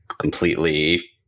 completely